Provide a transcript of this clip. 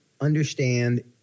Understand